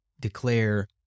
declare